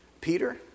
Peter